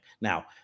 Now